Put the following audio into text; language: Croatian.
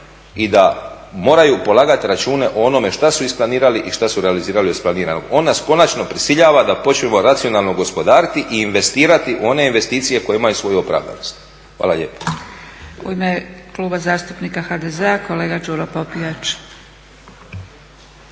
i da moraju polagati račune o onome šta su isplanirali i šta su realizirali od planiranog. On nas konačno prisiljava da počnemo racionalno gospodariti i investirati u one investicije koje imaju svoju opravdanost. Hvala lijepo.